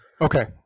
Okay